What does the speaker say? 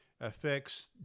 affects